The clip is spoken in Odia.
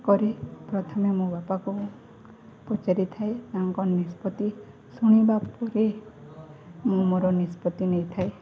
କରି ପ୍ରଥମେ ମୋ ବାପାକୁ ପଚାରିଥାଏ ତାଙ୍କ ନିଷ୍ପତ୍ତି ଶୁଣିବା ପରେ ମୁଁ ମୋର ନିଷ୍ପତ୍ତି ନେଇଥାଏ